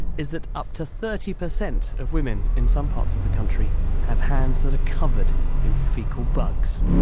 is that up to thirty percent of women in some parts of the country have hands that are covered in faecal bugs.